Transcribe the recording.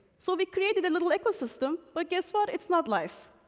so, we created a little ecosystem, but guess what? it's not life.